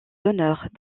honneurs